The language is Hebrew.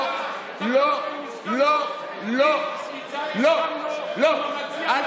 לא, לא, לא, לא, לא.